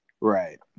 Right